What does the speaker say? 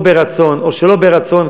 מרצון או שלא ברצון,